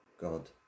God